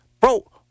Bro